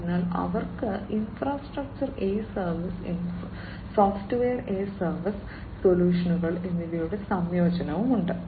അതിനാൽ അവർക്ക് infrastructure a service software a service സൊല്യൂഷനുകൾ എന്നിവയുടെ സംയോജനമുണ്ട്